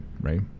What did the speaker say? right